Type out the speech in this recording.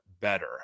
better